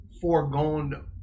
foregone